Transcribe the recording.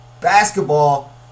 Basketball